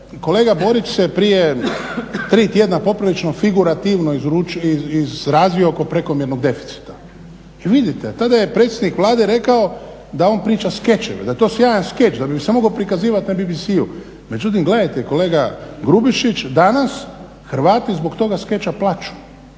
kolega Borić se prije 3 tjedna poprilično figurativno izrazio oko prekomjernog deficita. I vidite tada je predsjednik Vlade rekao da on priča skečeve, da je to sjajan skeč, da bi se mogao prikazivati na BBC-u. Međutim, gledajte kolega Grubišić danas Hrvati zbog toga skeča plaču